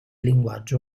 linguaggio